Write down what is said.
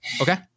Okay